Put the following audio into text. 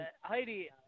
Heidi